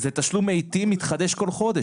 ---- זה תשלום מתחדש כל חודש,